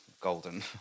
golden